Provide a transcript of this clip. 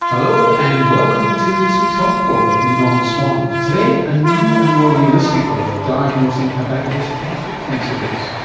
hello and welcome to this week's health report with me, norman swan. today, a new and more realistic way of diagnosing how bad a case of prostate cancer is.